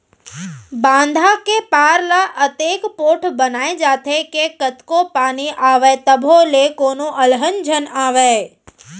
बांधा के पार ल अतेक पोठ बनाए जाथे के कतको पानी आवय तभो ले कोनो अलहन झन आवय